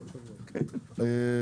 אבל,